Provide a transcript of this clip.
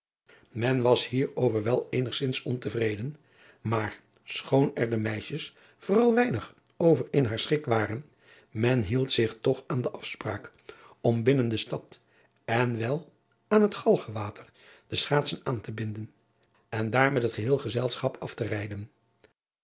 en was hier over wel eenigzins ontevreden maar schoon er de meisjes vooral weinig over in haar schik waren men hield zich toch aan de afspraak om binnen de stad en wel aan het algewater de schaatsen aan te binden en daar met het geheel gezelschap af te rijden